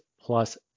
plus